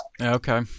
okay